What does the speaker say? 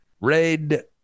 Red